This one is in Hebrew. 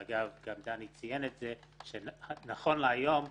אגב, גם דני ציין שנכון להיום,